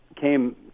came